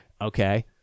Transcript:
Okay